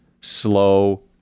slow